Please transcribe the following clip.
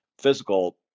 physical